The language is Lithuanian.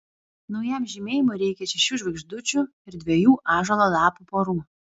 naujam žymėjimui reikia šešių žvaigždučių ir dviejų ąžuolo lapų porų